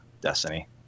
Destiny